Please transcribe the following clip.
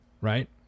right